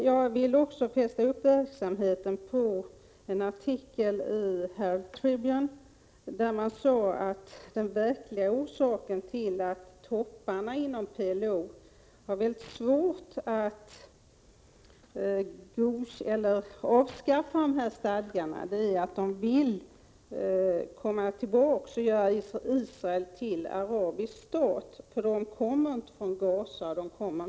Jag vill också fästa uppmärksamheten på en artikel i Herald Tribune, där det sades att den verkliga orsaken till att topparna inom PLO har svårt att avskaffa organisationens stadgar är att de vill komma tillbaka och göra Israel till en arabisk stat. De kommer nämligen inte från Gaza eller Västbanken, Prot.